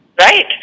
Right